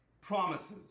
promises